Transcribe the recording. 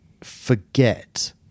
forget